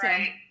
Right